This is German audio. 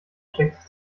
schlechtes